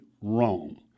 wrong